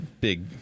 big